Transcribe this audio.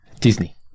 Disney